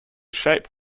shape